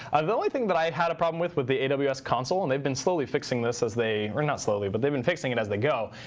the only thing that i had a problem with with the and aws console, and they've been slowly fixing this as they or not slowly, but they've been fixing it as they go.